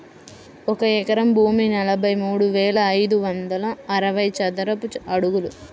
ఒక ఎకరం భూమి నలభై మూడు వేల ఐదు వందల అరవై చదరపు అడుగులు